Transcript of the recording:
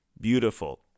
beautiful